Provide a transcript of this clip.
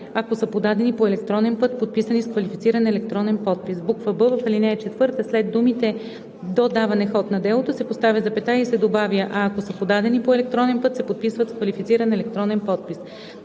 ако са подадени по електронен път, подписани с квалифициран електронен подпис“; б) в ал. 4 след думите „до даване ход на делото“ се поставя запетая и се добавя „а ако са подадени по електронен път, се подписват с квалифициран електронен подпис“.